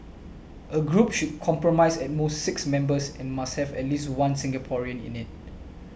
a group should comprise at most six members and must have at least one Singaporean in it